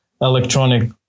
electronic